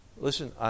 Listen